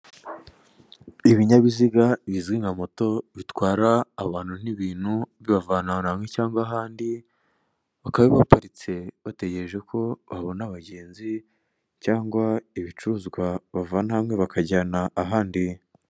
Ibinyabiziga nizino moto, zitwara abantu n'ibintu bibavana ahantu hamwe cyangwa ahandi, bikaba bibaparitse bategereje ko babona abagenzi, cyangwa ibicuruzwa bavana hamwe bakajyana ahandi.